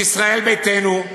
מישראל ביתנו?